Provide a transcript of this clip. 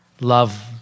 love